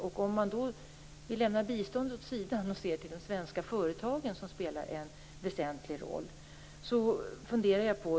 Låt oss lämna biståndet åt sidan och se på de svenska företag som här spelar en väsentlig roll.